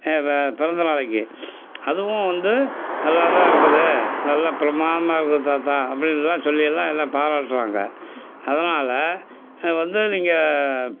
இப்போ பிறந்த நாளைக்கு அதுவும் வந்து நல்லா தான் இருக்குது நல்லா பிரமாதமாக இருக்குது தாத்தா அப்டின்னுலாம் சொல்லி எல்லாம் எல்லாம் பாராட்டுவாங்க அதனால் வந்து நீங்கள்